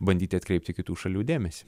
bandyti atkreipti kitų šalių dėmesį